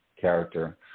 character